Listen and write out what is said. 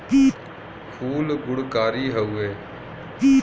फूल गुणकारी हउवे